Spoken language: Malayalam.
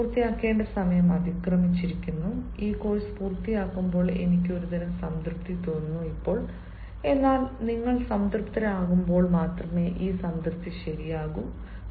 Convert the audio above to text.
ഈ കോഴ്സ് പൂർത്തിയാക്കേണ്ട സമയം അതിക്രമിച്ചിരിക്കുന്നു ഈ കോഴ്സ് പൂർത്തിയാക്കുമ്പോൾ എനിക്ക് ഒരുതരം സംതൃപ്തി തോന്നുന്നു എന്നാൽ നിങ്ങൾ സംതൃപ്തരാകുമ്പോൾ മാത്രമേ ഈ സംതൃപ്തി ശരിയാകൂ